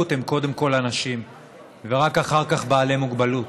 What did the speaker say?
הם קודם כול אנשים ורק אחר כך בעלי מוגבלות.